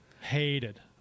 hated